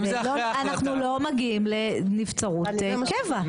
אז אנחנו לא מגיעים לנבצרות קבע.